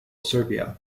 serbia